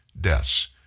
deaths